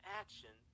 action